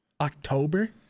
October